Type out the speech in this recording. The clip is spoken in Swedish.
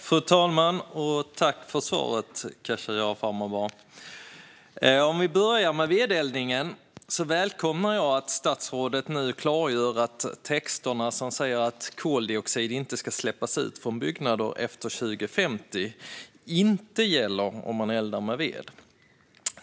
Fru talman! Tack, Khashayar Farmanbar, för svaret! Låt oss börja med vedeldningen. Jag välkomnar att statsrådet nu klargör att texterna som säger att koldioxid inte ska släppas ut från byggnader efter 2050 inte gäller om man eldar med ved.